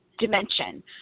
Dimension